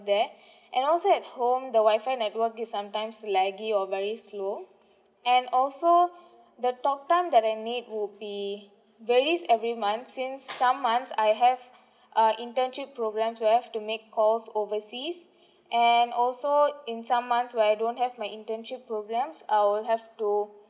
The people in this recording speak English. there and also at home the WI-FI network is sometimes laggy or very slow and also the talk time that I need would be varies every month since some months I have uh internship program so I have to make calls overseas and also in some months where I don't have my internship programs I will have to